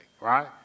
right